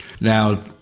Now